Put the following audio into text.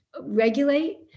regulate